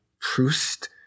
Proust